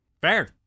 Fair